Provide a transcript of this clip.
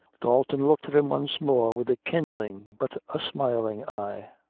dalton looked at him once more with a kindling but a smiling eye.